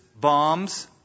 bombs